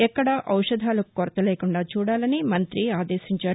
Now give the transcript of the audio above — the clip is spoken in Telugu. ఎక్కడా ఔషధాలకు కొరత లేకుండా చూడాలని మం్తి ఆదేశించారు